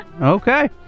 Okay